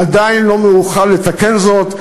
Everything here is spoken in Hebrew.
עדיין לא מאוחר לתקן זאת.